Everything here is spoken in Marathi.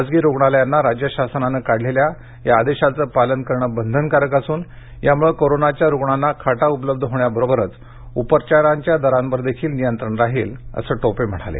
खासगी रुग्णालयांना राज्य शासनाने काढलेल्या या आदेशाचं पालन करणं बंधनकारक असुन यामूळे कोरोनाच्या रुग्णांना खाटा उपलब्ध होण्याबरोबरच उपचाराच्या दरावर देखील नियंत्रण राहील असं टोपे म्हणाले